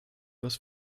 was